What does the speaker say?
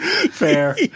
Fair